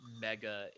mega